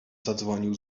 zadzwonił